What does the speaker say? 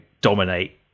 dominate